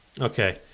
Okay